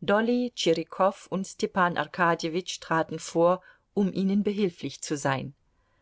dolly tschirikow und stepan arkadjewitsch traten vor um ihnen behilflich zu sein